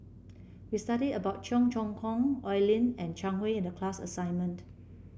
we studied about Cheong Choong Kong Oi Lin and Zhang Hui in the class assignment